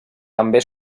també